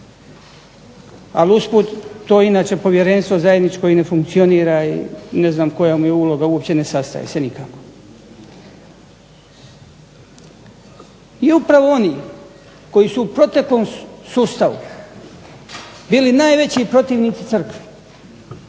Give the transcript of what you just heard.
Ali usput, to inače povjerenstvo zajedničko i ne funkcionira i ne znam koja mu je uloga i uopće ne sastaju se nikako. I upravo oni koji su u proteklom sustavu bili najveći protivnici crkvi